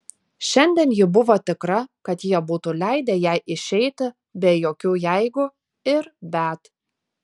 šiandien ji buvo tikra kad jie būtų leidę jai išeiti be jokių jeigu ir bet